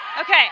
okay